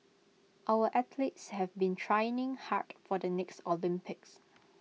our athletes have been training hard for the next Olympics